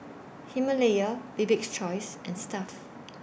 Himalaya Bibik's Choice and Stuff'd